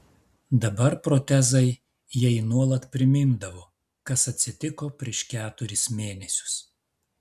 dabar protezai jai nuolat primindavo kas atsitiko prieš keturis mėnesius